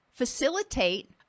facilitate